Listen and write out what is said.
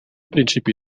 principi